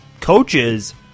coaches